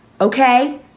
Okay